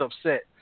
upset